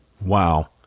Wow